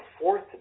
fourth